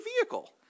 vehicle